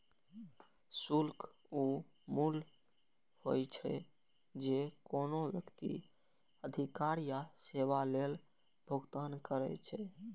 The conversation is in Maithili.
शुल्क ऊ मूल्य होइ छै, जे कोनो व्यक्ति अधिकार या सेवा लेल भुगतान करै छै